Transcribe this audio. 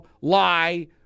lie